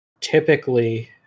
typically